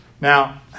Now